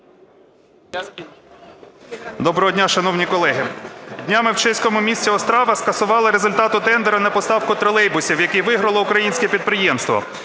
Доброго дня, шановні колеги! Днями в чеському місті Острава скасували результати тендеру на поставку тролейбусів, який виграло українське підприємство.